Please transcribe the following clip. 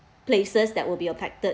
places that will be affected